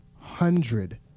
hundred